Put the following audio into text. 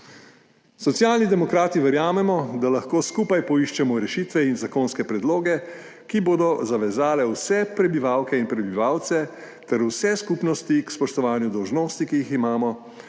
Socialni demokrati verjamemo, da lahko skupaj poiščemo rešitve in zakonske predloge, ki bodo zavezali vse prebivalke in prebivalce ter vse skupnosti k spoštovanju dolžnosti, ki jih imamo,